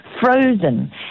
frozen